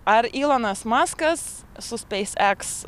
ar ylonas maskas su speis eks